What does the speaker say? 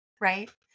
right